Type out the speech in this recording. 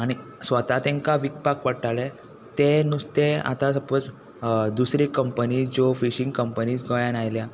आनी स्वता तांकां विकपाक पडटालें तें नुस्तें आतां सपोज दुसरी कंपनी ज्यो फिशींग कंपनीज गोंयांत आयल्या